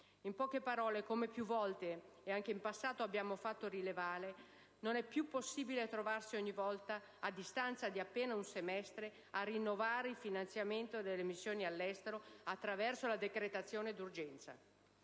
In poche parole, come più volte ed anche in passato abbiamo fatto rilevare, non è più possibile trovarsi ogni volta, a distanza di appena un semestre, a rinnovare il finanziamento delle missioni all'estero attraverso la decretazione d'urgenza: